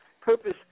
purpose